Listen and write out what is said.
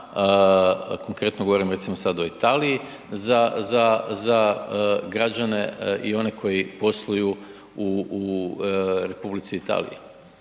konkretno govorim recimo sad o Italiji, za građane i one koji posluju u Republici Italiji.